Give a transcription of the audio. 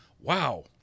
wow